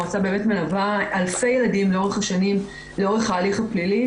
המועצה באמת מלווה אלפי ילדים לאורך השנים לאורך ההליך הפלילי,